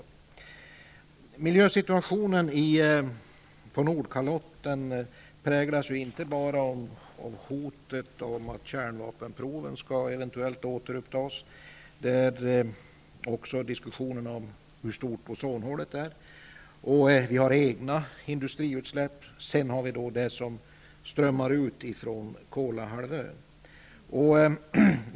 Miljösituationen på Nordkalotten präglas inte bara av hotet om att kärnvapenproven eventuellt skall återupptas. Det pågår också diskussioner om hur stort ozonhålet är. Vi har även egna industriutsläpp. Dessutom tillkommer det som strömmar ut från Kolahalvön.